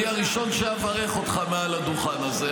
אני הראשון שאברך אותך מעל הדוכן הזה.